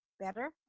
Better